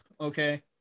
Okay